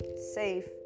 safe